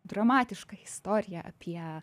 dramatiška istorija apie